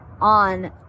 on